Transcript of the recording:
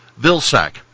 Vilsack